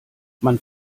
man